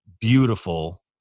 beautiful